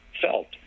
felt